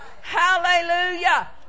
Hallelujah